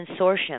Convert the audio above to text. Consortium